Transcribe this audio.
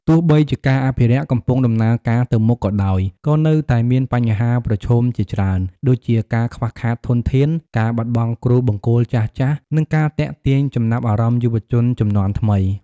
ទោះបីជាការអភិរក្សកំពុងដំណើរការទៅមុខក៏ដោយ ក៏នៅតែមានបញ្ហាប្រឈមជាច្រើន ដូចជាការខ្វះខាតធនធាន ការបាត់បង់គ្រូបង្គោលចាស់ៗ និងការទាក់ទាញចំណាប់អារម្មណ៍យុវជនជំនាន់ថ្មី។